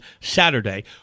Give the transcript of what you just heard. Saturday